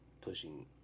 pushing